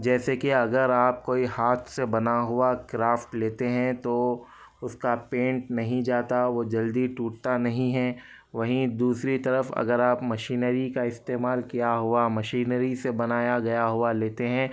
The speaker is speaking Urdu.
جیسے کہ اگر آپ کوئی ہاتھ سے بنا ہوا کرافٹ لیتے ہیں تو اس کا پینٹ نہیں جاتا وہ جلدی ٹوٹتا نہیں ہے وہیں دوسری طرف اگر آپ مشینری کا استعمال کیا ہوا مشینری سے بنایا گیا ہوا لیتے ہیں